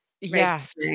Yes